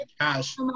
cash